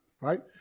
Right